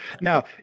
now